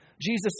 Jesus